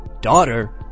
Daughter